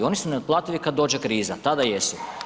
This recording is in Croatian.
Oni su neotplativi kad dođe kriza, tada jesu.